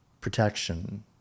protection